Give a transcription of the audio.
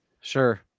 sure